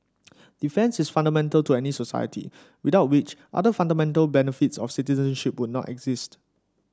defence is fundamental to any society without which other fundamental benefits of citizenship would not exist